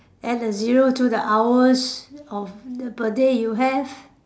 add a zero to the hours of the per day you have